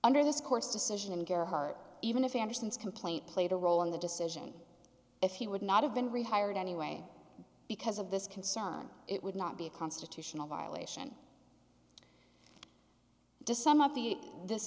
under this court's decision and gerhart even if anderson's complaint played a role in the decision if he would not have been rehired anyway because of this concern it would not be a constitutional violation just some of the this